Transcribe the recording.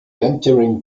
entering